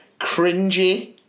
cringy